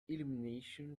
illumination